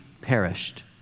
perished